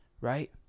right